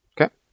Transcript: Okay